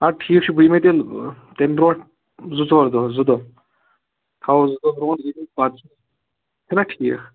اَدٕ ٹھیٖک چھُ بہٕ یِمے تیٚلہِ تَمہِ برٛونٛٹھ زٕ ژور دۅہ زٕ دۅہ تھاوَو زٕ دۅہ برٛونٛٹھ پَتہٕ چھُناہ ٹھیٖک